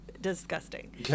disgusting